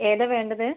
ഏതാണ് വേണ്ടത്